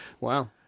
Wow